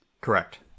Correct